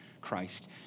Christ